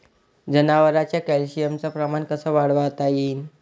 जनावरात कॅल्शियमचं प्रमान कस वाढवता येईन?